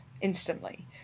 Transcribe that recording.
instantly